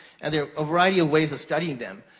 and there are a variety of ways of studying them.